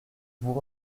vous